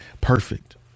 Perfect